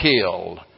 killed